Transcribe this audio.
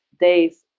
days